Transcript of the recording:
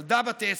ילדה בת עשר.